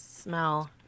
Smell